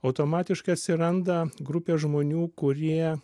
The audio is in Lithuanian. automatiškai atsiranda grupė žmonių kurie